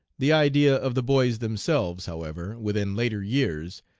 the idea of the boys themselves, however, within later years,